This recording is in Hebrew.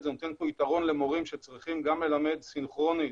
זה נותן פתרון למורים שצריכים גם ללמד סינכרונית